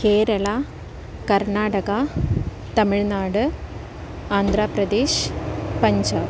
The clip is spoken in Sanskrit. केरला कर्नाटका तमिल्नाड् आन्ध्रप्रदेशः पञ्जाब्